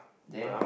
then